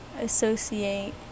associate